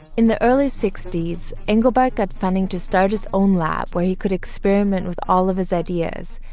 in the early sixties, engelbart got funding to start his own lab, where he could experiment with all of his ideas.